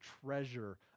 treasure